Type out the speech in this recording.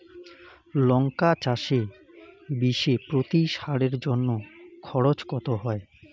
লঙ্কা চাষে বিষে প্রতি সারের জন্য খরচ কত হয়?